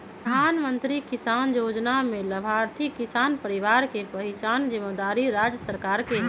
प्रधानमंत्री किसान जोजना में लाभार्थी किसान परिवार के पहिचान जिम्मेदारी राज्य सरकार के हइ